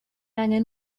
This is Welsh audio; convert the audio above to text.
angen